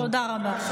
תודה רבה.